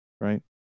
right